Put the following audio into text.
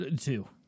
Two